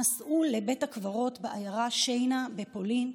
הם נסעו לבית הקברות בעיירה שיינא בפולין.